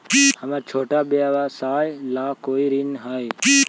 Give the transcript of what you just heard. हमर छोटा व्यवसाय ला कोई ऋण हई?